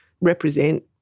represent